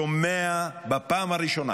שומע בפעם הראשונה